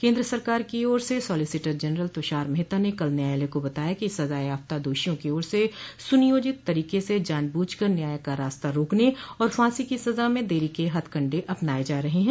केन्द्र सरकार की ओर से सॉलिसिटर जनरल तुषार मेहता ने कल न्यायालय को बताया कि सजायाफ्ता दोषियों की ओर से सुनियोजित तरीके से जानबूझकर न्याय का रास्ता रोकने आर फांसी की सजा में देरी के हथकंडे अपनाए जा रहे हैं